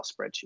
spreadsheet